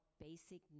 basic